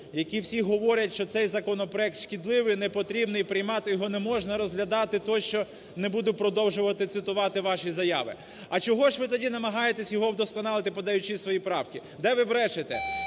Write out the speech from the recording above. які всі говорять, що цей законопроект шкідливий, непотрібний, приймати його не можна, розглядати тощо. Не буду продовжувати цитувати ваші заяви. А чого ж ви тоді намагаєтеся його вдосконалити, подаючи свої правки? Де ви брешете: